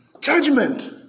Judgment